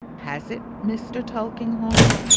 has it, mr. tulkinghorn?